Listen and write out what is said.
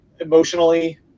emotionally